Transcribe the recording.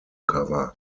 cover